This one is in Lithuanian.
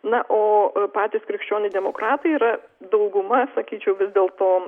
na o patys krikščionys demokratai yra dauguma sakyčiau vis dėlto